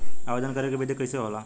आवेदन करे के विधि कइसे होला?